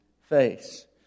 face